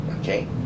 okay